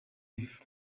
ivy